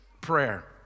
Prayer